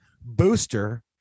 Booster